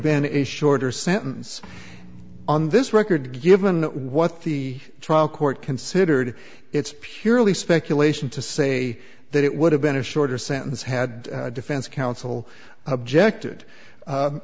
been a shorter sentence on this record given what the trial court considered it's purely speculation to say that it would have been a shorter sentence had defense counsel objected